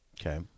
Okay